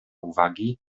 uwagi